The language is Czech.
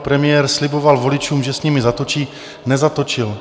Premiér sliboval voličům, že s nimi zatočí, nezatočil.